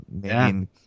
main